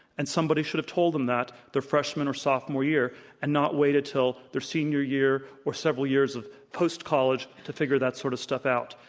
and somebody should have told them that their freshman or sophomore year and not waited till their senior year or several years of post college to figure that sort of stuff out.